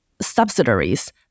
subsidiaries